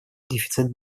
дефицит